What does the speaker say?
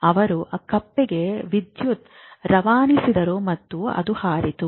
ಅವರು ಕಪ್ಪೆಗೆ ವಿದ್ಯುತ್ ರವಾನಿಸಿದರು ಮತ್ತು ಅದು ಹಾರಿತು